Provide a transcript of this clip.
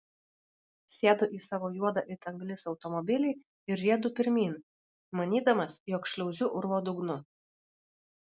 sėdu į savo juodą it anglis automobilį ir riedu pirmyn manydamas jog šliaužiu urvo dugnu